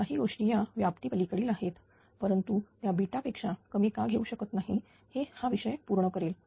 काही गोष्टी या व्याप्ती पलीकडील आहेत परंतु त्या या पेक्षा कमी का घेऊ शकत नाही हे हा विषय पूर्ण करेल